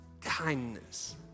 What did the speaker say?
kindness